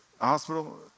hospital